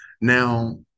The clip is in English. Now